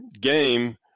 game